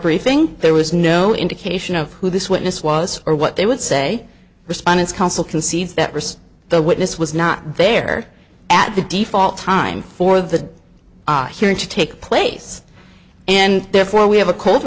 briefing there was no indication of who this witness was or what they would say respondents counsel concedes that risk the witness was not there at the default time for the hearing to take place and therefore we have a co